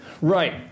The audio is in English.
right